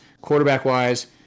quarterback-wise